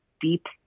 deep